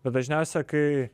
bet dažniausia kai